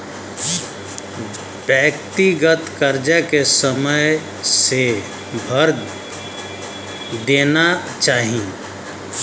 व्यक्तिगत करजा के समय से भर देना चाही